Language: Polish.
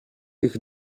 ich